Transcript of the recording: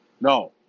No